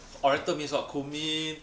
oriental means what cumin